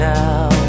now